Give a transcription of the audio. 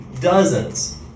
dozens